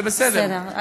זה בסדר.